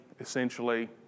essentially